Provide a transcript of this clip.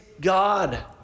God